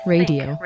Radio